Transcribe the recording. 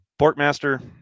Portmaster